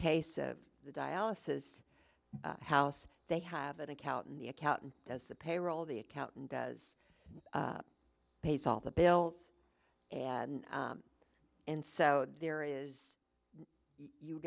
case of the dialysis house they have an account and the accountant does the payroll the accountant does pays all the bills and and so there is you